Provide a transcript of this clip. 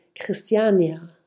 Christiania